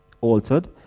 altered